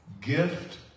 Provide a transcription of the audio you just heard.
gift